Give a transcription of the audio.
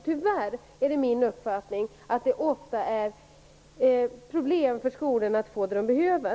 Tyvärr är det min uppfattning att det ofta är problem för skolorna att få det de behöver.